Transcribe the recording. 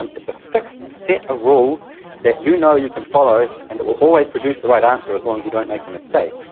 um it's a fixed set of rules that you know you can follow and that will always produce the right answer as long as you don't make a mistake.